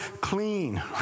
clean